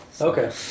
Okay